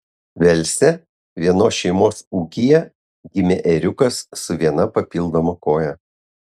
velse vienos šeimos ūkyje gimė ėriukas su viena papildoma koja